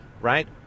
right